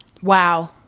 Wow